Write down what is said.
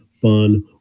fun